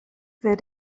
wer